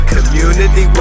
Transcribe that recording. Community